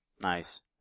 Nice